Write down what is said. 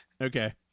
Okay